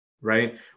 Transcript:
right